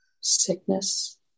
sickness